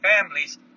families